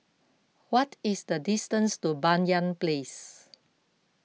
what is the distance to Banyan Place